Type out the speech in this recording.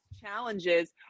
challenges